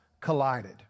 collided